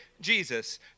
Jesus